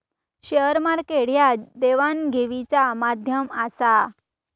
share market ह्या देवघेवीचा माध्यम आसा